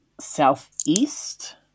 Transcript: southeast